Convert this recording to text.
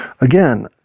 again